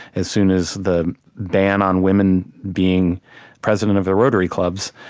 as soon as the ban on women being president of the rotary clubs,